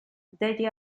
degli